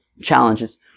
challenges